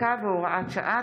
פקודת התעבורה (חובת התקנת לחצן מצוקה באוטובוס),